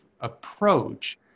approach